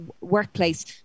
workplace